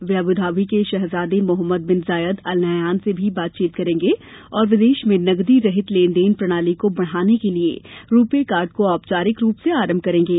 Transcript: वे Abu Dhabi के शहज़ादे Mohammed bin Zayed Al Nahyan से भी बातचीत करेंगे और विदेश में नकदी रहित लेन देन प्रणाली को बढ़ाने के लिए रुपे कार्ड को औपचारिक रूप से आरंभ करेंगे